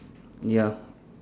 ya